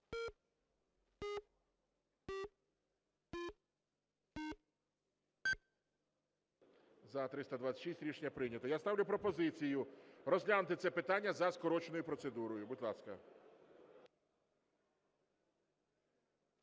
За-326 Рішення прийнято. Я ставлю пропозицію розглянути це питання за скороченою процедурою. Будь ласка.